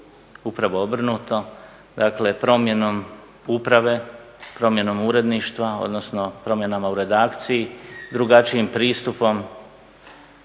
upravo obrnuto, dakle promjenom uprave, promjenom uredništva odnosno promjenama u redakciji, drugačijim pristupom,